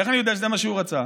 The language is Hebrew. איך אני יודע שזה מה שהוא רצה?